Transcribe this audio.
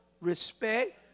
respect